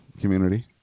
community